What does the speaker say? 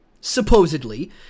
supposedly